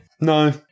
No